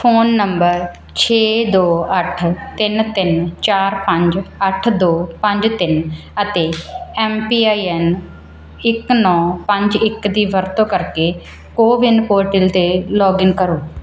phone number ਛੇ ਦੋ ਅੱਠ ਤਿੰਨ ਤਿੰਨ ਚਾਰ ਪੰਜ ਅੱਠ ਦੋ ਪੰਜ ਤਿੰਨ ਅਤੇ ਐਮ ਪੀ ਆਈ ਐਨ ਇੱਕ ਨੌ ਪੰਜ ਇੱਕ ਦੀ ਵਰਤੋਂ ਕਰਕੇ ਕੋ ਵਿਨ ਪੋਰਟਲ ਤੇ ਲੌਗਇਨ ਕਰੋ